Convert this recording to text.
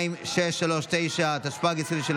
התשפ"ג 2023,